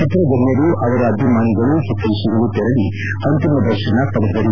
ಚಿತ್ರಗಣ್ಣರು ಅವರ ಅಭಿಮಾನಿಗಳು ಹಿತ್ಕೆಷಿಗಳು ತೆರಳಿ ಅಂತಿಮ ದರ್ಶನ ಪಡೆದರು